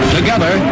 Together